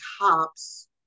Cops